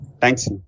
thanks